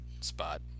spot